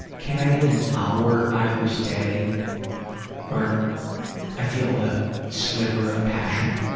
can i get an hour out of this day where i feel a sliver of passion?